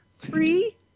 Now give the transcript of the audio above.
Three